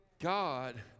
God